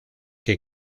que